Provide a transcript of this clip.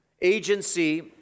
agency